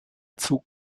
zug